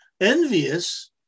envious